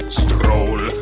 stroll